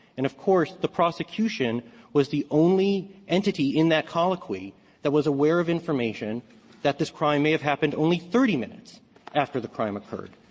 and, of course, the prosecution was the only entity in that colloquy that was aware of information that this crime may have happened only thirty minutes after the crime occurred.